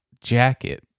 jacket